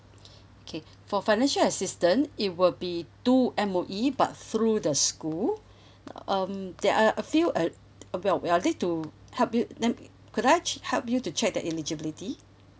okay for financial assistant it will be two M_O_E but through the school um there are a few uh uh well we are there to help you then could I help you to check the eligibility